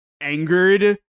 angered